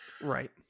right